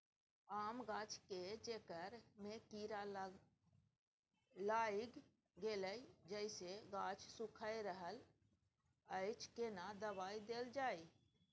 आम गाछ के जेकर में कीरा लाईग गेल जेसे गाछ सुइख रहल अएछ केना दवाई देल जाए?